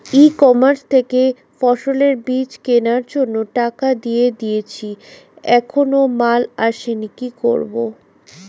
ই commerce থেকে ফসলের বীজ কেনার জন্য টাকা দিয়ে দিয়েছি এখনো মাল আসেনি কি করব?